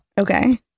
okay